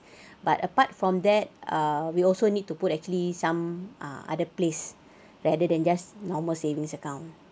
but apart from that uh we also need to put actually some ah other place other than just normal savings account